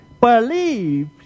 believe